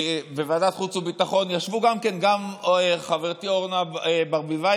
בוועדת החוץ והביטחון ישבו גם חברתי אורנה ברביבאי